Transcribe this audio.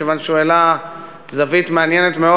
מכיוון שהוא העלה זווית מעניינת מאוד